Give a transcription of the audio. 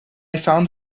found